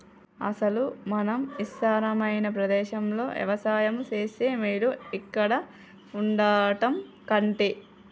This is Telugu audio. అసలు మనం ఇస్తారమైన ప్రదేశంలో యవసాయం సేస్తే మేలు ఇక్కడ వుండటం కంటె